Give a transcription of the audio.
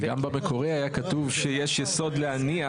אבל גם במקורי היה כתוב שיש יסוד להניח